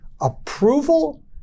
approval